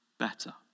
better